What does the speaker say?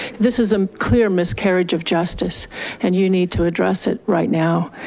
this is a clear miscarriage of justice and you need to address it right now.